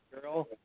girl